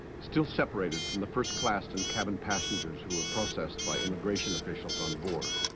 still separated from the first-class and cabin passengers who were processed by immigration officials on board